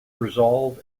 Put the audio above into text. resolve